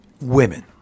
women